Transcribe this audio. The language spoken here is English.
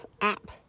app